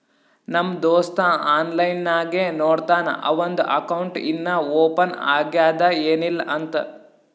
ನಮ್ ದೋಸ್ತ ಆನ್ಲೈನ್ ನಾಗೆ ನೋಡ್ತಾನ್ ಅವಂದು ಅಕೌಂಟ್ ಇನ್ನಾ ಓಪನ್ ಆಗ್ಯಾದ್ ಏನಿಲ್ಲಾ ಅಂತ್